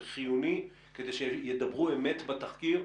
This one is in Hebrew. זה חיוני כדי שידברו אמת בתחקיר.